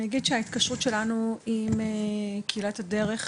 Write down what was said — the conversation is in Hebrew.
אני אגיד שההתקשרות שלנו עם קהילת הדרך,